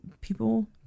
people